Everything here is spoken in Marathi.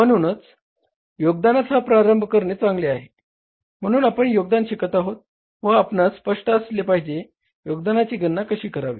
म्हणून योगदानासह प्रारंभ करणे चांगले आहे म्हणून आपण योगदान शिकत आहोत व आपणास स्पष्ट असले पाहिजे योगदानाची गणना कशी करावी